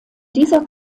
dieser